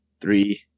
three